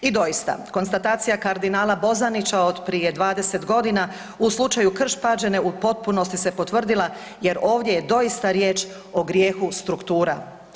I doista, konstatacija kardinala Bozanića od prije 20 godina u slučaju Krš-Pađene u potpunosti se potvrdila jer ovdje je doista riječ o grijehu struktura.